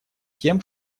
тем